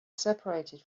separated